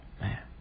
Man